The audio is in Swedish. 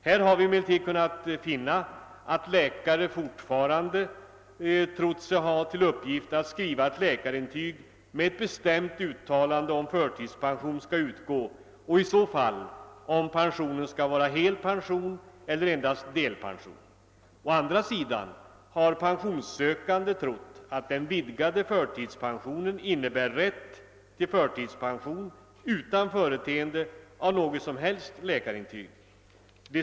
Här har vi emellertid kunnat finna att läkare fortfarande trott sig ha till uppgift att skriva ett läkarintyg med ett bestämt uttalande om att förtidspension skall utgå och detta helt eller endast delvis. Å andra sidan har pensionssökande haft den uppfattningen att den vidgade förtidspensionen innebär rätt till förtidspension utan företeende av något som helst läkarintyg.